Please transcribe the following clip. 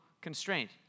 constraint